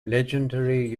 legendary